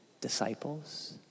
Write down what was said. disciples